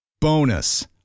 Bonus